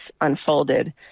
unfolded